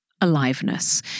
aliveness